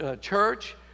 church